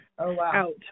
out